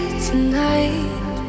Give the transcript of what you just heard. tonight